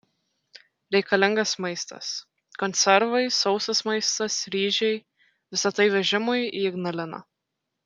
reikalingas maistas konservai sausas maistas ryžiai visa tai vežimui į ignaliną